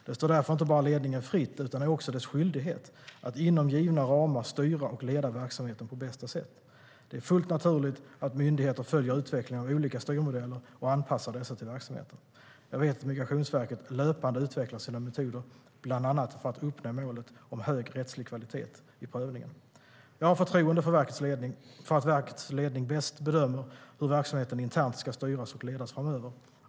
Det står därför inte bara ledningen fritt, utan det är också dess skyldighet att inom givna ramar styra och leda verksamheten på bästa sätt. Det är fullt naturligt att myndigheter följer utvecklingen av olika styrmodeller och anpassar dessa till verksamheten. Jag vet att Migrationsverket löpande utvecklar sina metoder, bland annat för att uppnå målet om hög rättslig kvalitet i prövningen. Jag har förtroende för verkets ledning och för att den bäst bedömer hur verksamheten internt ska styras och ledas framöver.